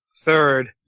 Third